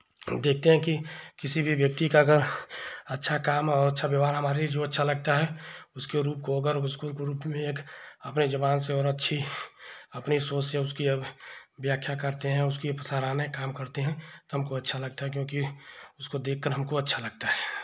हम देखते हैं कि किसी भी व्यक्ति का अगर अच्छा काम और अच्छा व्यवहार हमारे जो अच्छा लगता है उसके रूप को अगर उसको रूप में एक अपने ज़ुबान से और अच्छी अपने सोच से उसकी व्याख्या करते हैं उसकी सराहना का काम करते हैं तो हमको अच्छा लगता है क्योंकि उसको देख कर हमको अच्छा लगता है